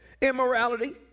Immorality